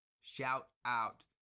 shout-out